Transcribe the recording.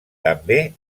també